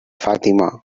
fatima